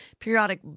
Periodic